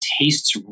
tastes